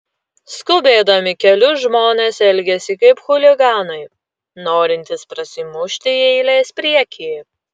skubėdami keliu žmonės elgiasi kaip chuliganai norintys prasimušti į eilės priekį